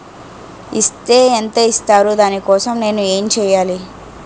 Is తే ఎంత ఇస్తారు దాని కోసం నేను ఎంచ్యేయాలి?